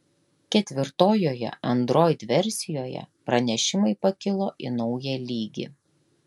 ketvirtojoje android versijoje pranešimai pakilo į naują lygį